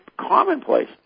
commonplace